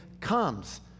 comes